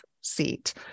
seat